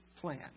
plan